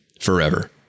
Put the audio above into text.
forever